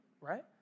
right